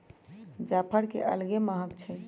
जाफर के अलगे महकइ छइ